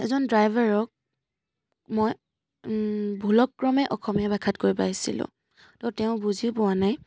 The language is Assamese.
এজন ড্ৰাইভাৰক মই ভুলক্ৰমে অসমীয়া ভাষাত কৈ পাইছিলোঁ তো তেওঁ বুজি পোৱা নাই